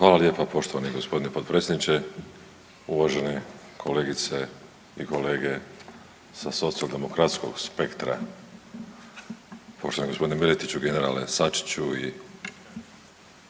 Hvala lijepa poštovani gospodine potpredsjedniče. Uvažene kolegice i kolege sa socijaldemokratskog spektra, poštovani gospodine Miletiću, generalu Sačiću i